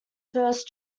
first